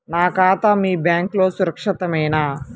నా ఖాతా మీ బ్యాంక్లో సురక్షితమేనా?